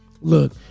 look